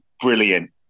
brilliant